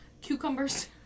cucumbers